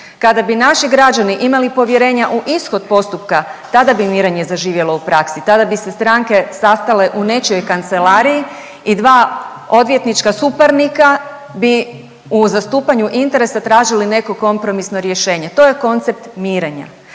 Kada bi naši građani imali povjerenja u ishod postupka, tada bi mirenje zaživjelo u praksi. Tada bi se stranke sastale u nečijoj kancelariji i 2 odvjetnička suparnika bi u zastupanju interesa tražili neko kompromisno rješenje. To je koncept mirenja.